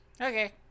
Okay